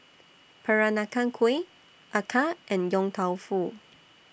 Peranakan Kueh Acar and Yong Tau Foo